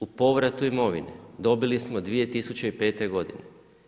U povratu imovine dobili smo 2005. godine.